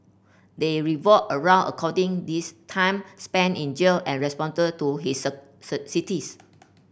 they revolve around according this time spent in jail and responded to his sir sir cities